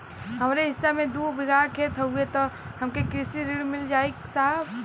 हमरे हिस्सा मे दू बिगहा खेत हउए त हमके कृषि ऋण मिल जाई साहब?